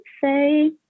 say